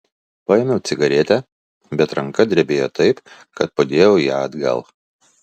paėmiau cigaretę bet ranka drebėjo taip kad padėjau ją atgal